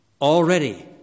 Already